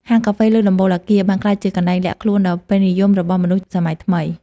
ហាងកាហ្វេលើដំបូលអគារ បានក្លាយជាកន្លែងលាក់ខ្លួនដ៏ពេញនិយមរបស់មនស្សសម័យថ្មី។